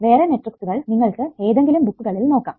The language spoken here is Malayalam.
വേറെ മെട്രിക്സുകൾ നിങ്ങൾക്ക് ഏതെങ്കിലും ബുക്കുകളിൽ നോക്കാം